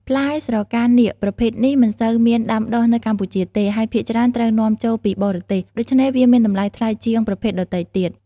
ផ្លែស្រកានាគប្រភេទនេះមិនសូវមានដាំដុះនៅកម្ពុជាទេ ហើយភាគច្រើនត្រូវនាំចូលពីបរទេស ដូច្នេះវាមានតម្លៃថ្លៃជាងប្រភេទដទៃទៀត។